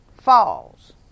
falls